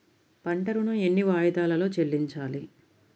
పంట ఋణం ఎన్ని వాయిదాలలో చెల్లించాలి?